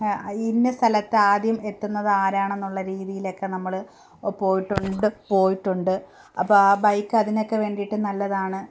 ഇന്ന സ്ഥലത്ത് ആദ്യം എത്തുന്നത് ആരാണെന്നുള്ള രീതിയിലൊക്കെ നമ്മൾ പോയിട്ടുണ്ട് പോയിട്ടുണ്ട് അപ്പം ആ ബൈക്ക് അതിനൊക്കെ വേണ്ടിയിട്ട് നല്ലതാണ്